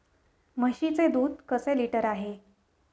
म्हशीचे दूध कसे लिटर आहे?